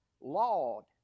laud